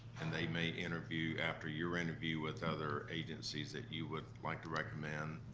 and they may interview after your interview with other agencies that you would like to recommend,